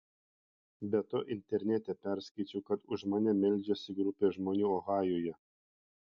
be to internete perskaičiau kad už mane meldžiasi grupė žmonių ohajuje